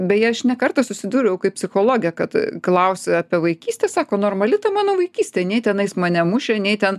beje aš ne kartą susidūriau kaip psichologė kad klausiu apie vaikystę sako normali ta mano vaikystė nei tenais mane mušė nei ten